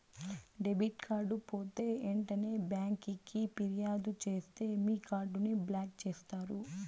debit card పోతే ఎంటనే బ్యాంకికి ఫిర్యాదు సేస్తే మీ కార్డుని బ్లాక్ చేస్తారు